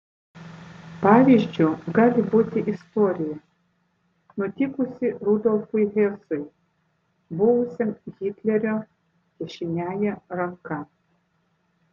pavyzdžiu gali būti istorija nutikusi rudolfui hesui buvusiam hitlerio dešiniąja ranka